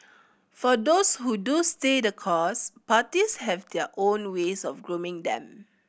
for those who do stay the course parties have their own ways of grooming them